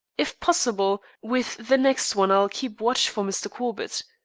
if possible, with the next one i will keep watch for mr. corbett.